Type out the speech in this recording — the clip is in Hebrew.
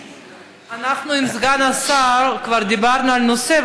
אנחנו עם סגן השר כבר דיברנו על הנושא,